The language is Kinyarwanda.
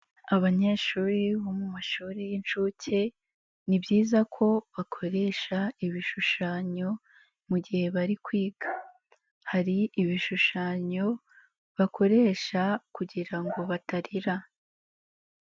Abanyeshuri bo mu mashuri y'inshuke ni byiza ko bakoresha ibishushanyo mu gihe bari kwiga, hari ibishushanyo bakoresha kugira ngo batarira.